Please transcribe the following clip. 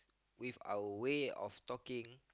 with our way of talking